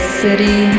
city